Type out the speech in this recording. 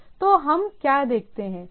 तो हम क्या देखते हैं